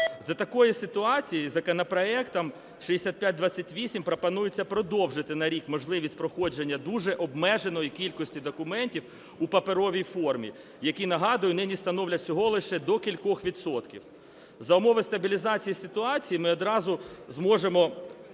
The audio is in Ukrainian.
За такої ситуації законопроектом 6528 пропонується продовжити на рік можливість проходження дуже обмеженої кількості документів у паперовій формі, які, нагадую, нині становлять всього лише до кількох відсотків. За умови стабілізації ситуації ми одразу зможемо